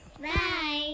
Bye